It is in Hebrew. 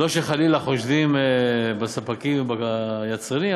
ולא שחלילה חושדים בספקים וביצרנים,